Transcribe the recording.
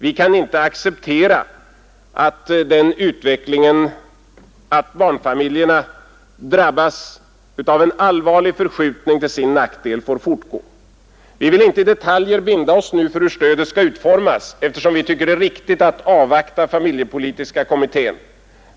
Vi kan inte acceptera att den utvecklingen, att barnfamiljerna drabbas av en allvarlig förskjutning till sin nackdel, får fortgå. Vi vill inte nu i detaljer binda oss för hur stödet skall utformas, eftersom vi tycker det är riktigt att avvakta resultatet av familjepolitiska kommitténs arbete.